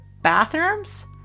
bathrooms